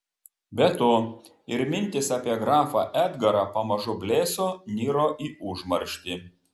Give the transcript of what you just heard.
be to ir mintys apie grafą edgarą pamažu blėso niro į užmarštį